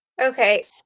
Okay